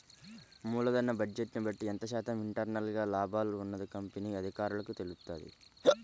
మూలధన బడ్జెట్ని బట్టి ఎంత శాతం ఇంటర్నల్ గా లాభాల్లో ఉన్నది కంపెనీ అధికారులకు తెలుత్తది